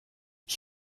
ich